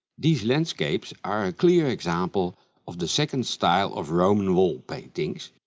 these landscapes are a clear example of the second style of roman wall painting,